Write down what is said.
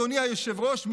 אדוני היושב-ראש,